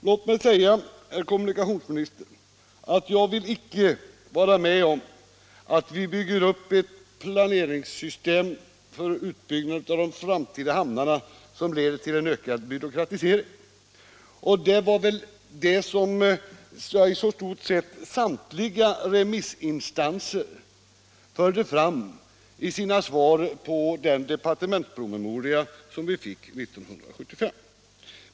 Låt mig, herr kommunikationsmister, säga att jag inte vill vara med om att vi bygger upp ett planeringssystem för den framtida utbyggnaden av hamnarna som leder till en ökad byråkratisering. I stort sett alla remissinstanser framförde samma synpunkter i sina svar på den departementspromemoria som vi fick år 1975.